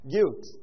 Guilt